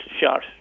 shot